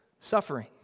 suffering